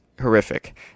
horrific